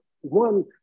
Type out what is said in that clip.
one